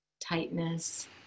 Tightness